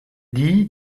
die